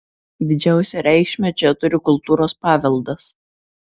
didžiausią reikšmę čia turi kultūros paveldas